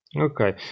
Okay